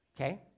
okay